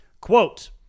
quote